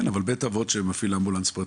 אבל בית אבות שמפעיל אמבולנס פרטי.